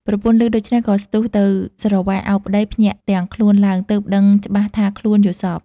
ប្រពន្ធឮដូច្នោះ ក៏ស្ទុះទៅស្រវាឱបប្តី ភ្ញាក់ទាំងខ្លួនឡើង ទើបដឹងច្បាស់ថាខ្លួនយល់សប្តិ ។